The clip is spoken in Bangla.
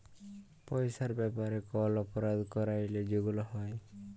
পইসার ব্যাপারে কল অপরাধ ক্যইরলে যেগুলা হ্যয়